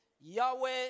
Yahweh